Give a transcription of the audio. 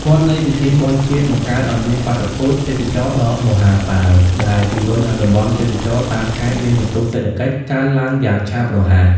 វដ្តនៃពិធីបុណ្យជាតិបង្កើតឱ្យមានបាតុភូត "ទេសចរណ៍ដ៏មហាសាល" ដែលជំរុញឱ្យតំបន់ទេសចរណ៍តាមខេត្តមានសន្ទុះសេដ្ឋកិច្ចកើនឡើងយ៉ាងឆាប់រហ័ស។